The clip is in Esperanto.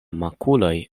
makuloj